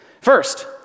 first